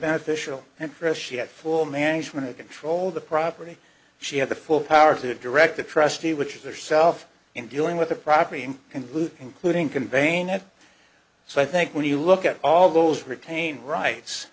beneficial and chris she had full management to control the property she had the full power to direct the trustee which is their self in dealing with the property and loot including conveying it so i think when you look at all those retain rights